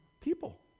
people